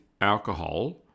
alcohol